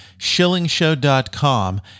shillingshow.com